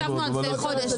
ישבנו על זה חודש.